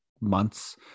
months